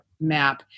map